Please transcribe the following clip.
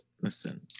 listen